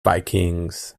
vikings